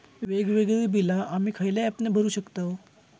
वेगवेगळी बिला आम्ही खयल्या ऍपने भरू शकताव?